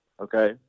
okay